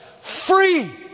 Free